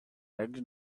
next